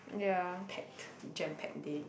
packed jam packed day